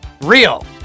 Real